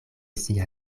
sia